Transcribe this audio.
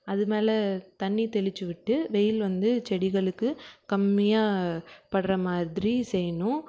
அது மேலே தண்ணி தெளித்து விட்டு வெயில் வந்து செடிகளுக்கு கம்மியாக படுகிற மாதிரி செய்யணும்